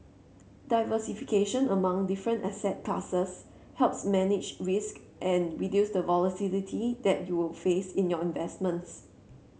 diversification among different asset classes helps manage risk and reduce the volatility that you will face in your investments